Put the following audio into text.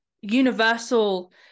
universal